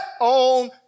on